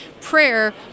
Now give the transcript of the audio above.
prayer